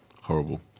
Horrible